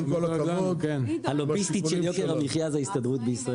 עם כל הכבוד --- הלוביסטית של יוקר המחיה זה ההסתדרות בישראל.